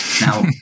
Now